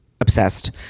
obsessed